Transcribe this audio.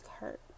hurt